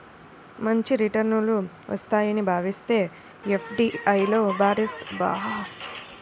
మంచి రిటర్నులు వస్తాయని భావిస్తే ఎఫ్డీఐల్లో భారీస్థాయిలో పెట్టుబడులు పెరుగుతాయి